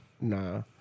Nah